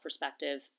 perspective